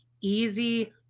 easy